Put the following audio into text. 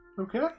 Okay